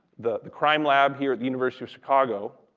the the crime lab here at the university of chicago,